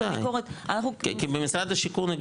כי במשרד השיכון,